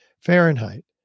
Fahrenheit